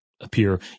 appear